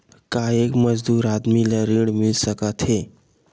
का एक मजदूर आदमी ल ऋण मिल सकथे?